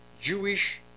Jewish